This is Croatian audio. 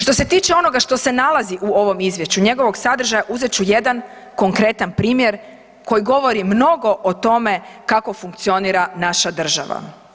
Što se tiče onoga što nalazi u ovom izvješću, njegovog sadržaja, uzet ću jedan konkretan primjer koji govori mnogo o tome kako funkcionira naša država.